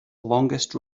longest